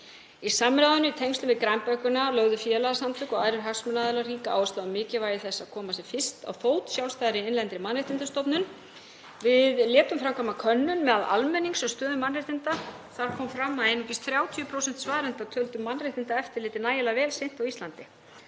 Í samráðinu í tengslum við grænbókina lögðu félagasamtök og aðrir hagsmunaaðilar ríka áhersla á mikilvægi þess að koma sem fyrst á fót sjálfstæðri innlendri mannréttindastofnun. Við létum framkvæma könnun meðal almennings um stöðu mannréttinda og þar kom einnig fram að einungis 30% svarenda töldu mannréttindaeftirliti nægilega vel sinnt á Íslandi.